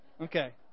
Okay